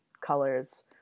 colors